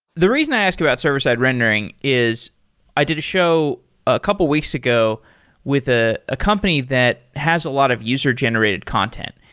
the reason i asked you about server-side rendering, is i did a show a couple of weeks ago with a a company that has a lot of user-generated content.